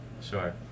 sure